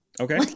Okay